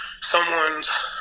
someone's